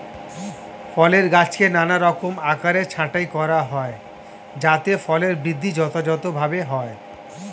ফলের গাছকে নানারকম আকারে ছাঁটাই করা হয় যাতে ফলের বৃদ্ধি যথাযথভাবে হয়